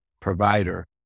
provider